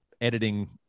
editing